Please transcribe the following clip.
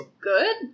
good